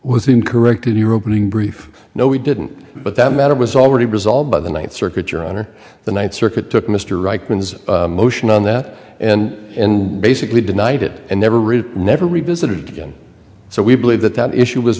was incorrect in your opening brief no we didn't but that matter was already resolved by the ninth circuit your honor the ninth circuit took mr reich means motion on that and and basically denied it and never read never revisited again so we believe that that issue was